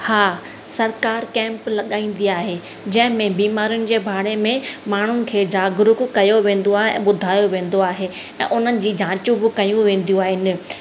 हा सरकार कैम्प लॻाईंदी आहे जंहिं में बीमारियुनि जे बारे में माण्हुनि खे जागरुकु कयो वेंदो आहे ऐं ॿुधायो वेंदो आहे ऐं उन्हनि जूं जाचूं भी कयूं वेंदियूं आहिनि